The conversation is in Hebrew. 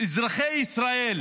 אזרחי ישראל